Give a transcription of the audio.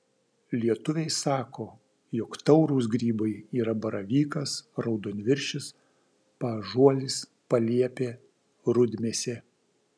lietuviai sako jog taurūs grybai yra baravykas raudonviršis paąžuolis paliepė rudmėsė